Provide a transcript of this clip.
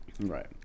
Right